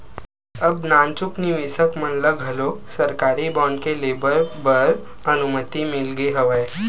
अब नानचुक निवेसक मन ल घलोक सरकारी बांड के लेवब बर अनुमति मिल गे हवय